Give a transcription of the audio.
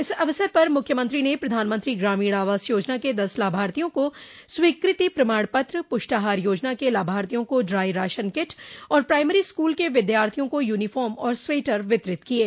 इस अवसर पर मुख्यमंत्री ने प्रधानमंत्री ग्रामीण आवास योजना के दस लाभार्थियों को स्वीकृति प्रमाण पत्र पुष्टाहार योजना के लाभार्थियों को ड्राई राशन किट और प्राइमरी स्कूल के विद्यार्थियों को यूनीफॉम और स्वेटर वितरित किये